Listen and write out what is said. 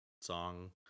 song